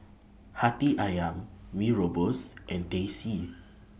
Hati Ayam Mee Rebus and Teh C